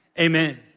amen